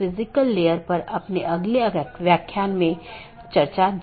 इसके साथ ही आज अपनी चर्चा समाप्त करते हैं